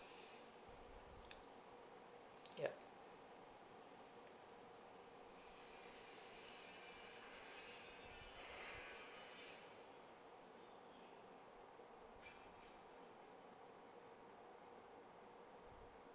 ya